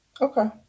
Okay